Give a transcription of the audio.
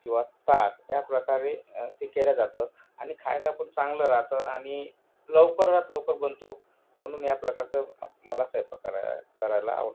किंवा ताक या प्रकारे ते केल्या जातो आणि खायला पण चांगलं राहतं आणि लवकरात लवकर बनतो म्हणून या प्रकारचा मला स्वयंपाक कराय करायला आवडतो